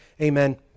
amen